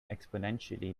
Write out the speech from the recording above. exponentially